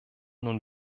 nun